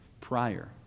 prior